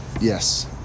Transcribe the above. Yes